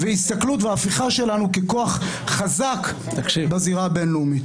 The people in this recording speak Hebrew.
והסתכלות על הפיכה שלנו לכוח חזק בזירה הבין-לאומית.